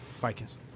Vikings